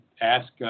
ask –